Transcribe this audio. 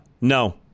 No